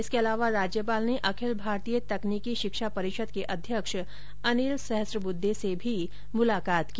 इसके अलावा राज्यपाल ने अखिल भारतीय तकनीकी शिक्षा परिषद के अध्यक्ष अनिल सहस्त्रबुद्वे से भी मुलाकात की